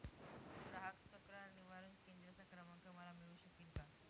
ग्राहक तक्रार निवारण केंद्राचा क्रमांक मला मिळू शकेल का?